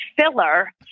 filler